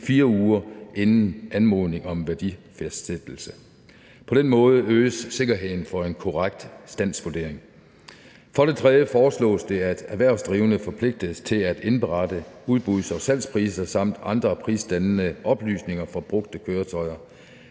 4 uger inden anmodning om værdifastsættelse. På den måde øges sikkerheden for en korrekt standsvurdering. For det tredje foreslås det, at erhvervsdrivende forpligtes til at indberette udbuds- og salgspriser samt andre prisdannende oplysninger for brugte køretøjer.